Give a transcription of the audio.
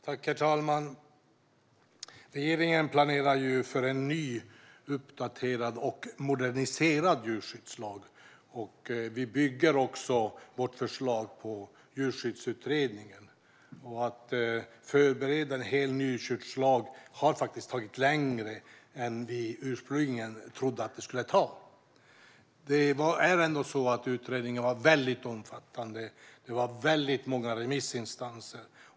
Herr talman! Regeringen planerar ju för en ny uppdaterad och moderniserad djurskyddslag. Vi bygger vårt förslag på Djurskyddsutredningen. Att förbereda en helt ny djurskyddslag har faktiskt tagit längre tid än vad vi ursprungligen trodde att det skulle ta. Utredningen var mycket omfattande, och det var många remissinstanser.